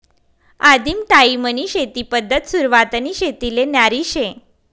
आदिम टायीमनी शेती पद्धत सुरवातनी शेतीले न्यारी शे